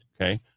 okay